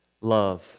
love